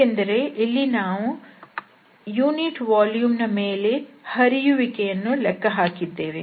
ಯಾಕೆಂದರೆ ಇಲ್ಲಿ ನಾವು ಏಕಾಂಕ ಘನಫಲ ದ ಮೇಲೆ ಹರಿಯುವಿಕೆ ಯನ್ನು ಲೆಕ್ಕ ಹಾಕಿದ್ದೇವೆ